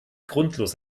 grundlos